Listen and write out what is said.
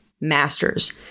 Masters